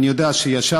אני יודע שישבתם.